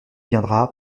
viendra